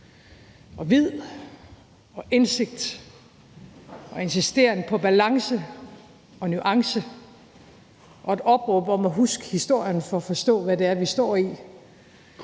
og vid og indsigt og insisteren på balance og nuance og et opråb om at huske historien for at forstå, hvad det er, vi står i.